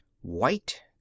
White